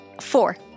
Four